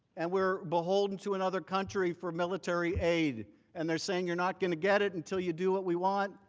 and we are beholden to another country for military aid and they're saying you're not going to get it until you do what we want.